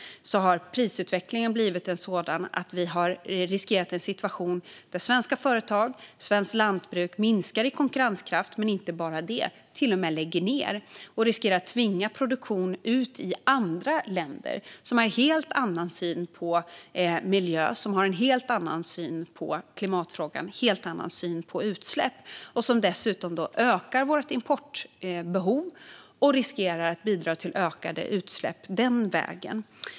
Prisutvecklingen har blivit sådan att vi har riskerat en situation där svenska företag och svenskt lantbruk minskar i konkurrenskraft. Det gäller inte bara det, utan de till och med lägger ned. Det riskerar att tvinga produktion ut i andra länder som har en helt annan syn på miljö, klimatfrågan och utsläpp. Det ökar dessutom vårt importbehov och riskerar att bidra till ökade utsläpp den vägen.